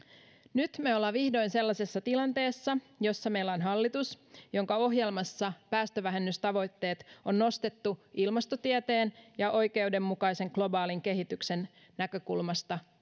nyt olemme vihdoin sellaisessa tilanteessa jossa meillä on hallitus jonka ohjelmassa päästövähennystavoitteet on nostettu ilmastotieteen ja oikeudenmukaisen globaalin kehityksen näkökulmasta